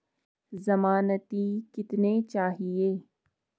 ज़मानती कितने चाहिये?